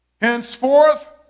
Henceforth